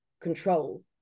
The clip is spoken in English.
control